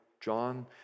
John